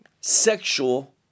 sexual